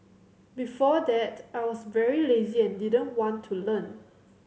before that I was very lazy and didn't want to learn